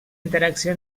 interacció